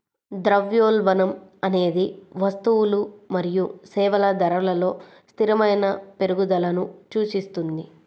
ద్రవ్యోల్బణం అనేది వస్తువులు మరియు సేవల ధరలలో స్థిరమైన పెరుగుదలను సూచిస్తుంది